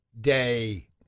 Day